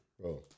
bro